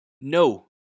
No